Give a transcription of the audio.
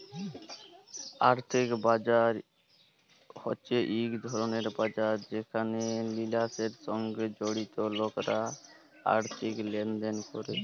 আর্থিক বাজার হছে ইক ধরলের বাজার যেখালে ফিলালসের সঙ্গে জড়িত লকরা আথ্থিক লেলদেল ক্যরে